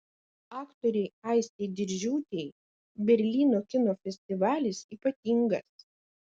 aktorei aistei diržiūtei berlyno kino festivalis ypatingas